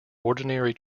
ordinary